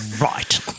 Right